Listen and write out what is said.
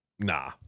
Nah